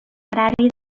agrària